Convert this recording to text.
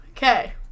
Okay